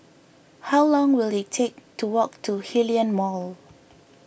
how long will it take to walk to Hillion Mall